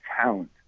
talent